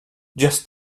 just